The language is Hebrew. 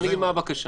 הבקשה